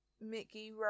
Mickey